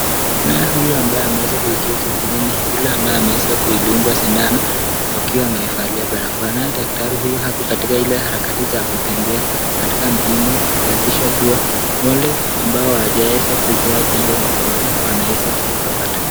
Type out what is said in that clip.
Naye yule ambaye ameweza kuiketi chini NI yule ambaye amedungwa sindano akiwa amevalia barakoa, naye daktari wmako katika Ile harakati za kutembea katika mjini kuhakikisha kuwa wale ambaye wameweza kupewa chanjo ya corona wanaeza kuwapata